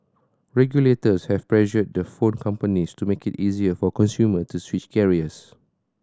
regulators have pressured the phone companies to make it easier for consumer to switch carriers